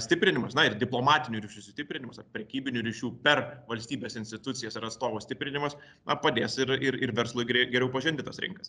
stiprinimas na ir diplomatinių ryšių sustiprinimas ar prekybinių ryšių per valstybės institucijas ir atstovo stiprinimas na padės ir ir ir verslui grei geriau pažinti tas rinkas